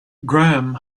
graham